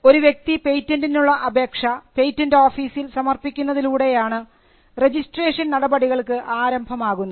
ഒരു വ്യക്തി പേറ്റന്റിനുള്ള അപേക്ഷ പേറ്റന്റ് ഓഫീസിൽ സമർപ്പിക്കുന്നതിലൂടെയാണ് രജിസ്ട്രേഷൻ നടപടികൾക്ക് ആരംഭം ആകുന്നത്